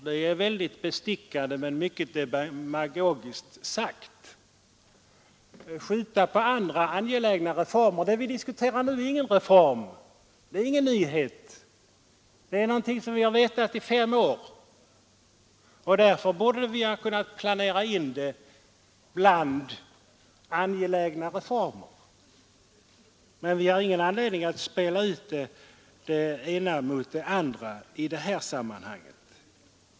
Det är mycket bestickande men mycket demagogiskt sagt. Vad vi diskuterar nu är ju ingen reform. Det är ingen nyhet. Det är något som vi har vetat om i fem år. Och därför borde vi ha kunnat planera in det bland angelägna reformer. Vi har ingen anledning att spela ut det ena mot det andra i detta sammanhang.